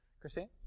Christine